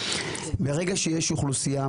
ברגע שיש אוכלוסייה,